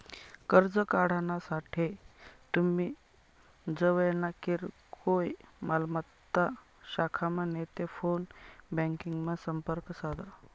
कर्ज काढानासाठे तुमी जवयना किरकोय मालमत्ता शाखामा नैते फोन ब्यांकिंगमा संपर्क साधा